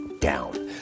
down